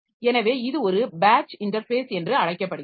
எனவே இது ஒரு பேட்ச் இன்டர்ஃபேஸ் என்று அழைக்கப்படுகிறது